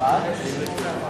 קראנו את שמך פעמיים,